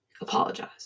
Apologize